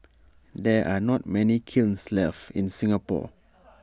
there are not many kilns left in Singapore